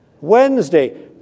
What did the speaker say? Wednesday